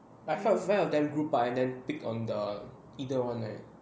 I've got a friend of them group by them pick on the either one right